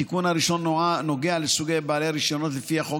התיקון הראשון נוגע לסוגי בעלי רישיונות לפי החוק